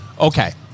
Okay